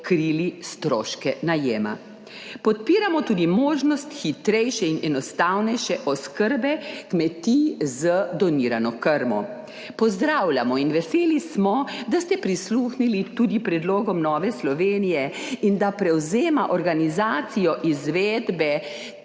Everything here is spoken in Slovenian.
krili stroške najema. Podpiramo tudi možnost hitrejše in enostavnejše oskrbe kmetij z donirano krmo. Pozdravljamo in veseli smo, da ste prisluhnili tudi predlogom Nove Slovenije in da prevzema organizacijo izvedbe